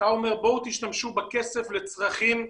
אתה אומר שתשתמשו בכסף לצרכים שצריכים,